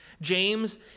James